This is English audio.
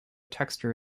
texture